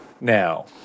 Now